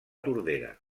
tordera